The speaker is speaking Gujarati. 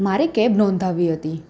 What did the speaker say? મારે કેબ નોંધાવવી હતી